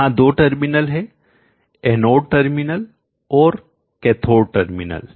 यहां दो टर्मिनल है एनोड टर्मिनल और कैथोड टर्मिनल